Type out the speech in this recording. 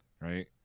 Right